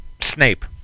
snape